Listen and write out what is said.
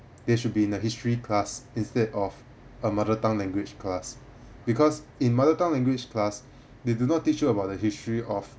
they should be in the history class instead of a mother tongue language class because in mother tongue language class they do not teach you about the history of